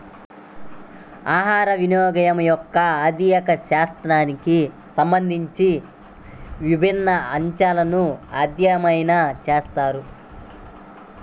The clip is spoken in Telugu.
ఆహారవినియోగం యొక్క ఆర్థిక శాస్త్రానికి సంబంధించిన విభిన్న అంశాలను అధ్యయనం చేశారు